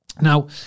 Now